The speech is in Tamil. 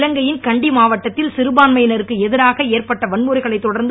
இலங்கை யின் கண்டி மாவட்டத்தில் சிறுபான்மையினருக்கு எதிராக ஏற்பட்ட வன்முறைகளை தொடர்ந்து